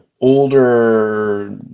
older